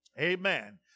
Amen